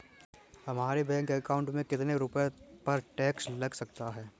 हमारे bank account में कितने रुपये पर टैक्स लग सकता है?